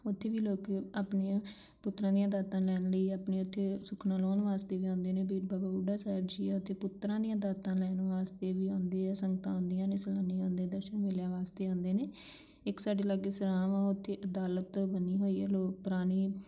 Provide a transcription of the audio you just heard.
ਉੱਥੇ ਵੀ ਲੋਕ ਆਪਣੀਆਂ ਪੁੱਤਰਾਂ ਦੀਆਂ ਦਾਤਾਂ ਲੈਣ ਲਈ ਆਪਣੀ ਉੱਥੇ ਸੁੱਖਨਾ ਲਾਹੁਣ ਵਾਸਤੇ ਵੀ ਆਉਂਦੇ ਨੇ ਬੀੜ ਬਾਬਾ ਬੁੱਢਾ ਸਾਹਿਬ ਜੀ ਆ ਉੱਥੇ ਪੁੱਤਰਾਂ ਦੀਆਂ ਦਾਤਾਂ ਲੈਣ ਵਾਸਤੇ ਵੀ ਆਉਂਦੇ ਆ ਸੰਗਤਾਂ ਆਉਂਦੀਆਂ ਨੇ ਸੈਲਾਨੀ ਆਉਂਦੇ ਦਰਸ਼ਨ ਮੇਲਿਆਂ ਵਾਸਤੇ ਆਉਂਦੇ ਨੇ ਇੱਕ ਸਾਡੇ ਲਾਗੇ ਸਰਾਂ ਵਾਂ ਉੱਥੇ ਅਦਾਲਤ ਬਣੀ ਹੋਈ ਹੈ ਲੋਕ ਪੁਰਾਣੀ